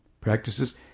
Practices